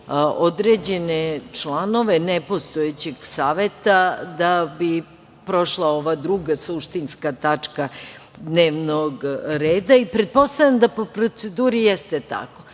određene članove nepostojećeg saveta da bi prošla ova druga suštinska tačka dnevnog reda. Pretpostavljam da po proceduri jeste tako.Zašto